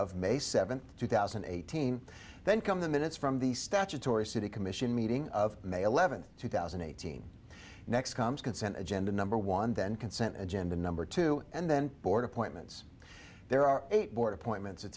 of may seventh two thousand and eighteen then come the minutes from the statutory city commission meeting of may eleventh two thousand and eighteen next comes consent agenda number one then consent agenda number two and then board appointments there are eight board appointments